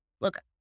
look